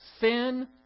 Sin